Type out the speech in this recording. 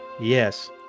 yes